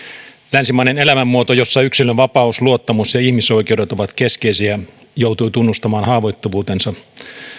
länsimainen elämänmuoto jossa yksilönvapaus luottamus ja ihmisoikeudet ovat keskeisiä joutui tunnustamaan haavoittuvuutensa